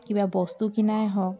কিবা বস্তু কিনাই হওক